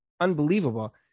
unbelievable